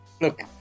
look